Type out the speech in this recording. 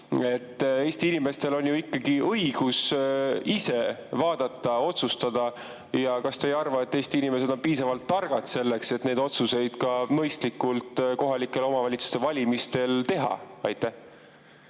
Eesti inimestel on õigus ikka ise vaadata ja otsustada. Kas te ei arva, et Eesti inimesed on piisavalt targad selleks, et neid otsuseid mõistlikult kohalike omavalitsuste valimistel teha? Aitäh,